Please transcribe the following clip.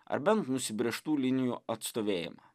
ar bent užsibrėžtų linijų atstovėjimą